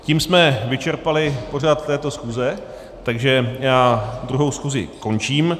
Tím jsme vyčerpali pořad této schůze, takže já 2. schůzi končím.